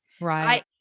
right